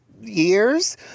years